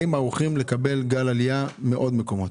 האם ערוכים לקבל גל עלייה מעוד מקומות?